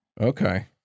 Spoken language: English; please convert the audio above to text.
okay